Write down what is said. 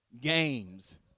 games